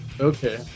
Okay